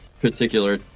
particular